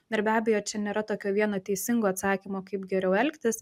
ir be abejo čia nėra tokio vieno teisingo atsakymo kaip geriau elgtis